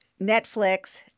Netflix